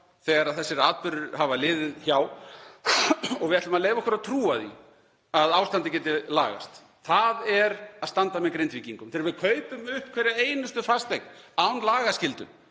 þegar þessir atburðir hafa liðið hjá og að við ætlum að leyfa okkur að trúa því að ástandið geti lagast, það er að standa með Grindvíkingum. Þegar við kaupum upp hverja einustu fasteign án lagaskyldu,